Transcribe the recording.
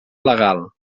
legal